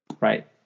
Right